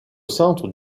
centre